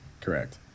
Correct